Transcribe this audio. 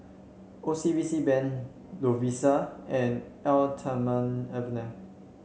O C B C Bank Lovisa and Eau Thermale Avene